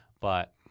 But-